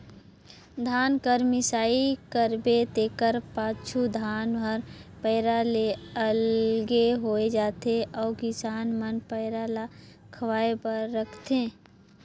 धान कर मिसाई करबे तेकर पाछू धान हर पैरा ले अलगे होए जाथे अउ किसान मन पैरा ल खवाए बर राखथें